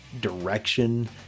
direction